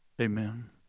Amen